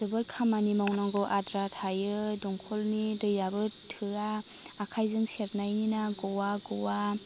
जोबोर खामानि मावनांगौ आद्रा थायो दंखलनि दैयाबो थोआ आखायनि सेरनायनि गया गया